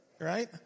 Right